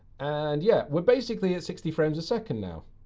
and, yeah, we're basically at sixty frames a second now.